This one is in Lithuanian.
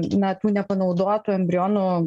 na tų nepanaudotų embrionų